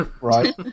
Right